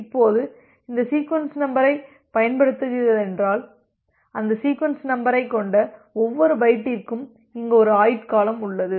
இப்போது இந்த சீக்வென்ஸ் நம்பரைப் பயன்படுத்துகிறதென்றால் அந்த சீக்வென்ஸ் நம்பரைக் கொண்ட ஒவ்வொரு பைட்டிற்கும் இங்கு ஒரு ஆயுட்காலம் உள்ளது